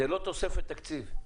זאת לא תוספת תקציב.